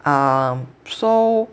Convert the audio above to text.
um so